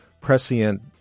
prescient